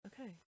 Okay